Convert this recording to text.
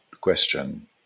question